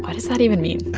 what does that even mean?